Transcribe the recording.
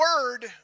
word